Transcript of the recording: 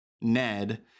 ned